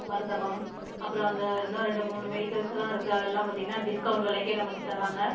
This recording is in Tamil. மருந்தகம் அப்புறம் அந்த இன்னும் ரெண்டு மூணு மெடிக்கல்ஸுலாம் இருக்குது அதெல்லாம் பார்த்தீங்கன்னா டிஸ்கவுண்ட் விலைக்கே நமக்கு தர்றாங்க